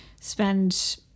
spend